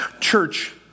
Church